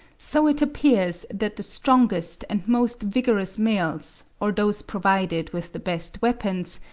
so it appears that the strongest and most vigorous males, or those provided with the best weapons,